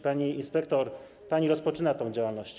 Pani inspektor, pani rozpoczyna tę działalność.